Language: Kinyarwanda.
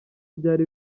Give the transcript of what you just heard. byari